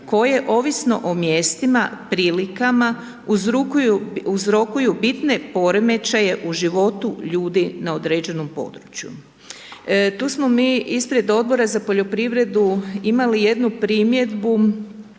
koje ovisno o mjestima, prilikama, uzrokuju bitne poremećaje u životu ljudi na određenom području. Tu smo mi ispred Odbora za poljoprivredu imali jednu primjedbu